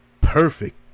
Perfect